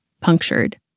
punctured